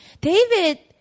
David